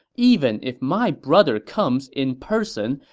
even if my brother comes in person,